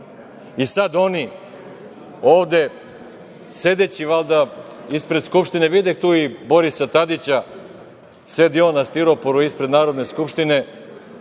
oni ovde, sedeći valjda ispred Skupštine, videh tu i Borisa Tadića, sedi on na stiroporu ispred Narodne Skupštine,